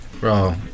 Bro